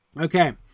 Okay